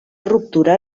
ruptura